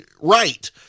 Right